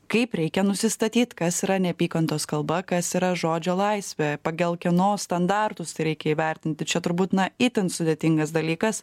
kaip reikia nusistatyt kas yra neapykantos kalba kas yra žodžio laisvė pagal kieno standartus tai reikia įvertinti čia turbūt na itin sudėtingas dalykas